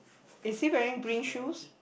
is she wearing bling shoe